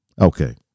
Okay